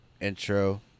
intro